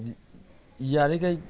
ꯌꯥꯔꯤꯒꯩ